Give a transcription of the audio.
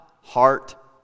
heart